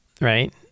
right